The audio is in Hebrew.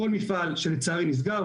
כל מפעל שלצערי נסגר,